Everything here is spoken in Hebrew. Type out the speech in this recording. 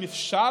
אם אפשר,